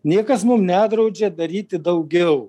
niekas mum nedraudžia daryti daugiau